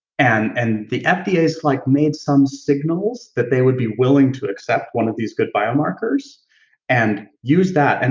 and and the fda's like made some signals that they would be willing to accept one of these good biomarkers and use that, and